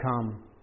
come